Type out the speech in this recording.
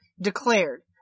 declared